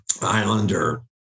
Islander